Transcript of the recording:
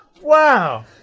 Wow